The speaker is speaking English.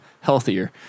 healthier